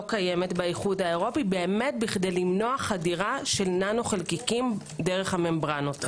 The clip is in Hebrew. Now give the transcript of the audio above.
קיימת באיחוד האירופי כדי למנוע חדירה של ננו חלקיקים דרך הממברנות.